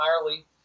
entirely